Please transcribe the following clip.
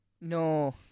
No